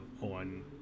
on